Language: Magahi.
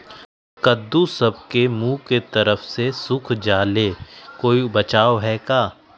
कददु सब के मुँह के तरह से सुख जाले कोई बचाव है का?